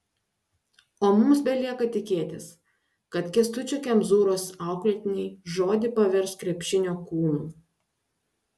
o mums belieka tikėtis kad kęstučio kemzūros auklėtiniai žodį pavers krepšinio kūnu